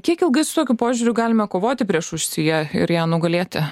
kiek ilgai su tokiu požiūriu galime kovoti prieš rusiją ir ją nugalėti